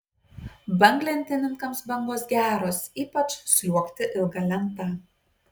banglentininkams bangos geros ypač sliuogti ilga lenta